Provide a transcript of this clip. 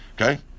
Okay